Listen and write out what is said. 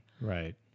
Right